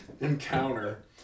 encounter